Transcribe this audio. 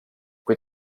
kui